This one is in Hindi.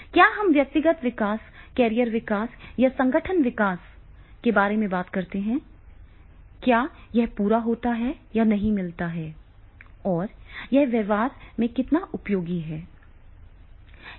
क्या हम व्यक्तिगत विकास कैरियर विकास या संगठन विकास के बारे में बात करते हैं क्या यह पूरा होता है या नहीं मिलता है और यह व्यवहार में कितना उपयोगी है